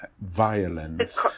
violence